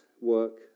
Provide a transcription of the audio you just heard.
work